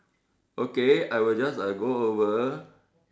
okay I will just uh go over